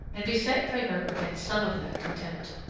and be set by her against some of that contempt.